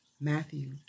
Matthew